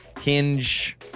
Hinge